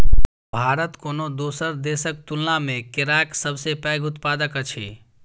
भारत कोनो दोसर देसक तुलना मे केराक सबसे पैघ उत्पादक अछि